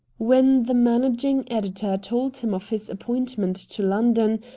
when the managing editor told him of his appointment to london,